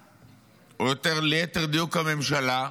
והמדינה, או ליתר דיוק הממשלה,